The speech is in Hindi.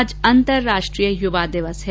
आज अंतर्राष्ट्रीय यूवा दिवस है